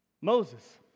Moses